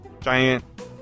giant